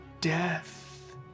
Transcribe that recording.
death